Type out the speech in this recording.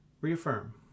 reaffirm